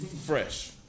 Fresh